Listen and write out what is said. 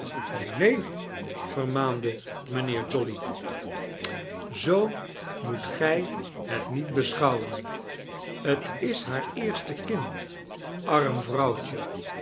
neen neenl vermaande mynheer jolly zoo moet gij het niet beschouwen tis haar eerste kind arm vrouwtje